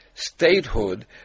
statehood